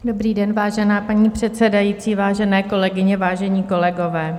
Dobrý den, vážená paní předsedající, vážené kolegyně, vážení kolegové.